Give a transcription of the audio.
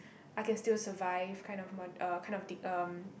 I can still survive kind of mod~ uh kind of dip~ um